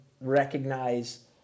recognize